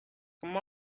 come